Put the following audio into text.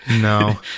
No